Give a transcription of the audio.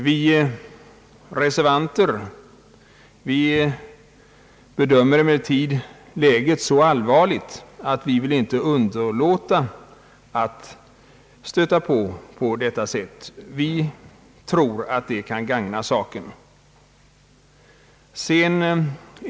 Vi reservanter bedömer emellertid läget vara så allvarligt att vi inte vill underlåta att göra en påstötning på detta område. Vi tror att det kan gagna saken.